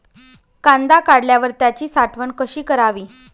कांदा काढल्यावर त्याची साठवण कशी करावी?